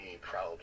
proud